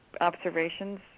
observations